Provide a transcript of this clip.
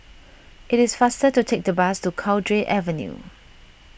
it is faster to take the bus to Cowdray Avenue